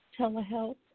telehealth